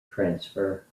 transfer